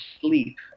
sleep